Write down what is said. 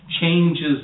changes